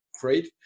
great